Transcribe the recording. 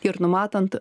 ir numatant